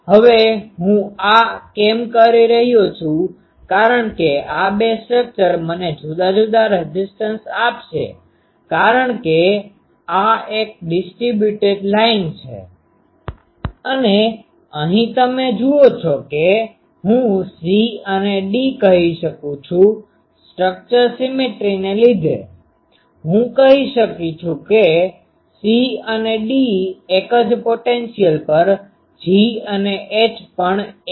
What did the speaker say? હવે હું આ કેમ કહી રહ્યો છું કારણ કે આ બે સ્ટ્રક્ચર મને બે જુદા જુદા રેઝીસ્ટન્સ આપશે કારણ કે આ એક ડીસ્ટ્રીબ્યુટેડdistributed વિતરિત લાઇન છે અને અહીં તમે જુઓ છો કે હું c અને d કહી શકું છું સ્ટ્રક્ચર સિમેટ્રીને લીધે હું કહી શકું કે સી અને ડી એક જ પોટેન્શીઅલ પર g અને h પણ એક જ પોટેન્શીઅલ છે